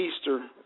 Easter